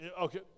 Okay